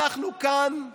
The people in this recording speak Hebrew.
לא